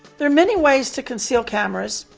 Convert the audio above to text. there are many ways to conceal cameras.